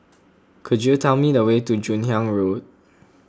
could you tell me the way to Joon Hiang Road